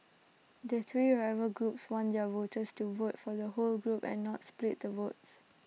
the three rival groups want their voters to vote for the whole group and not split the votes